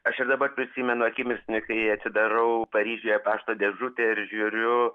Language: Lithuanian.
aš ir dabar prisimenu akimis kai atidarau paryžiuje pašto dėžutę ir žiūriu